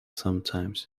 sometimes